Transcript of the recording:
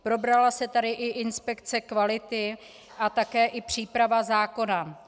Probrala se tady i inspekce kvality a také příprava zákona.